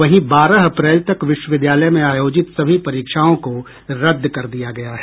वहीं बारह अप्रैल तक विश्वविद्यालय में आयोजित सभी परीक्षाओं को रद्द कर दिया गया है